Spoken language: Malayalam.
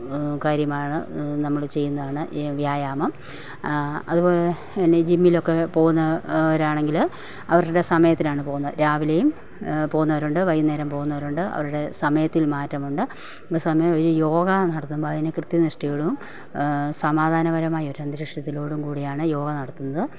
കാര്യമാണ് നമ്മൾ ചെയ്യുമെന്നാണ് ഈ വ്യായാമം അതുപോലെ തന്നീ ജിമ്മിലൊക്കെ പോകുന്ന വരാണെങ്കിൽ അവരുടെ സമയത്തിനാണ് പോകുന്നത് രാവിലെയും പോകുന്നവരുണ്ട് വൈകുന്നേരം പോകുന്നവരുണ്ട് അവരുടെ സമയത്തിൽ മാറ്റമുണ്ട് അപ്പം സമയം ഈ യോഗ നടത്തുമ്പോൾ അതിനു കൃത്യനിഷ്ടയോടും സമാധാനപരമായൊരന്തരീക്ഷത്തിലോടും കൂടിയാണ് യോഗ നടത്തുന്നത്